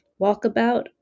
Walkabout